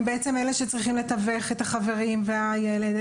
הם בעצם אלה שצריכים לתווך את החברים והילד.